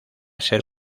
ser